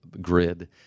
grid